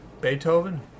Beethoven